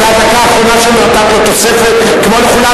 זה הדקה האחרונה שלו, נתתי לו תוספת כמו לכולם.